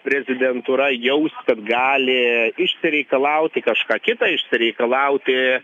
prezidentūra jaus kad gali išsireikalauti kažką kitą išsireikalauti